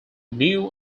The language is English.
new